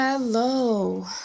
Hello